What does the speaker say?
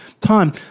time